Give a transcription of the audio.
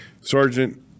sergeant